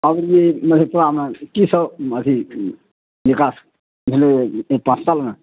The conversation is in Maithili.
कहलहुँ जे मधेपुरामे की सब अथी बिकास भेलैया अइ पाँच सालमे